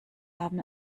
haben